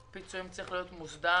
עניין הפיצויים צריך להיות מוסדר.